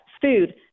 food